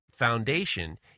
Foundation